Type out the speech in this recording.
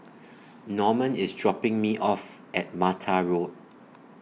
Normand IS dropping Me off At Mattar Road